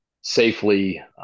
safely